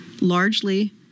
largely